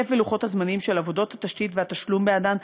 היקף ולוחות הזמנים של עבודות התשתית והתשלום בעדן,